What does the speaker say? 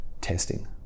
testing